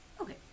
Okay